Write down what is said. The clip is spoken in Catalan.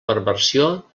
perversió